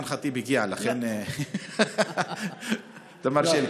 חברת הכנסת אימאן ח'טיב הגיעה, לכן אתה מרשה לי.